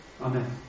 Amen